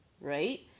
right